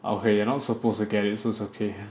okay you're not supposed to get it so it's okay